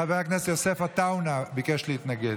חבר הכנסת יוסף עטאונה ביקש להתנגד.